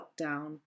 lockdown